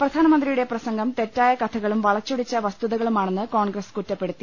പ്രധാനമന്ത്രിയുടെ പ്രസംഗം തെറ്റായ കഥകളും വളച്ചൊടിച്ച വസ്തു തകളുമാണെന്ന് കോൺഗ്രസ് കുറ്റപ്പെടുത്തി